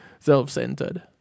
self-centered